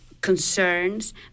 concerns